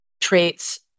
traits